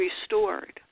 restored